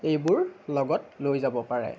এইবোৰ লগত লৈ যাব পাৰে